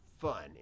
fun